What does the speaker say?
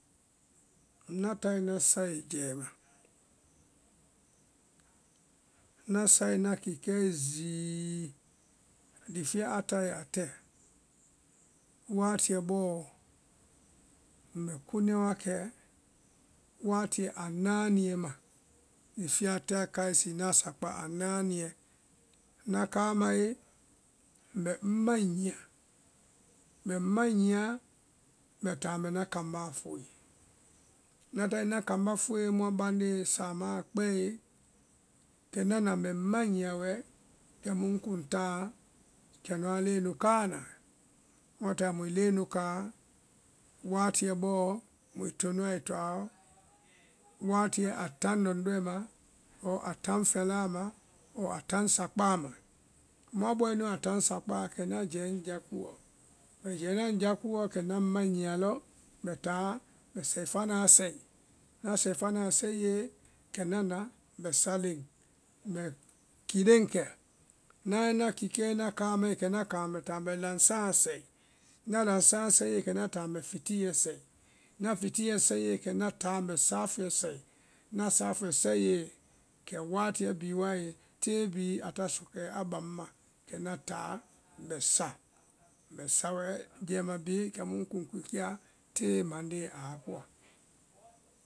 ŋna tae ŋna sae jɛɛma, ŋna sae ŋna kikɛe zii. nifiɛ a tae a kɛ waatiɛ bɔɔ mbɛ kunɛ wakɛ waatiɛ a náaniɛ ma. lifiɛ a tɛ a kae sinaã sakpá a náaniɛ, ŋna kamae mbɛ ŋ maĩ nyia, ŋmbɛ maĩ nyia mbɛ táa mbɛ ŋna kanbáa lɔ fue, ŋna tae ŋna kambá fue mua bandee samaã a kpɛe kɛ ŋna na mbɛ ŋ maĩ nyia wɛ kɛmu ŋkuŋ táa kɛnuã leenu káa na, muã tae muĩ leenu káa watiɛ bɔɔ muĩ to a toaɔ watiɛ a taŋlɔndɔɛ ma ɔɔ a taŋfɛlaa ma ɔɔ a taŋsakpáa ma. muã bɔe nu a taŋsakpáa kɛ ŋna jɛ ŋjakuɔ ŋmbɛ jɛɛna ŋ jakuɔ kɛna ŋ mai nyia lɔ ŋmbɛ táa ŋmbɛ sɛifanaã sɛi, ŋna sɛifanaã sɛie kɛ ŋna na ŋmbɛ sa leŋ, ŋmbɛ ki leŋ kɛ, ŋna nae ŋna kikɛe ŋna kamae kɛ na kama ŋmbɛ táa ŋmbɛ laŋsah̃ sɛi, ŋna laŋsah̃ sɛie kɛ ŋna táa mbɛ fitiɛ sɛi, ŋna fitiɛ sɛie kɛ ŋna táa ŋmbɛ safuɛ sɛi, ŋna safuɛ sɛiee kɛ watiɛ bhi wae tee bhi a ta sɔkɛɛ a baŋ ŋma kɛ ŋna táa ŋmbɛ sa, ŋmbɛ sa wɛ jɛima bhi kɛmu ŋkuŋ kikɛa tee mandee a koa.